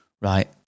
Right